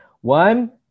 One